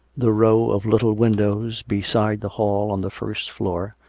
the row of little windows beside the hall on the first floor,